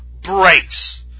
breaks